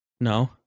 No